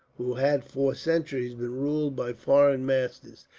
who had for centuries been ruled by foreign masters.